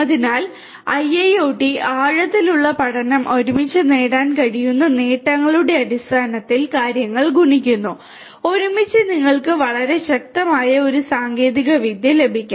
അതിനാൽ IIoT ആഴത്തിലുള്ള പഠനം ഒരുമിച്ച് നേടാൻ കഴിയുന്ന നേട്ടങ്ങളുടെ അടിസ്ഥാനത്തിൽ കാര്യങ്ങൾ ഗുണിക്കുന്നു ഒരുമിച്ച് നിങ്ങൾക്ക് വളരെ ശക്തമായ ഒരു സാങ്കേതികവിദ്യ ലഭിക്കും